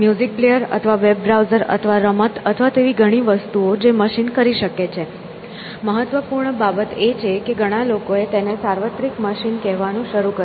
music player અથવા web browser અથવા રમત અથવા તેવી ઘણી વસ્તુઓ જે મશીન કરી શકે છે મહત્વપૂર્ણ બાબત એ છે કે ઘણા લોકોએ તેને સાર્વત્રિક મશીન કહેવાનું શરૂ કર્યું